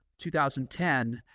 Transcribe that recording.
2010